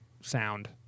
sound